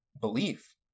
belief